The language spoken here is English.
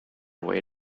way